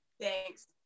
thanks